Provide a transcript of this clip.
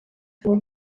tour